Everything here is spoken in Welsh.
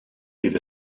bydd